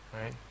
Right